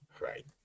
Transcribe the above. Right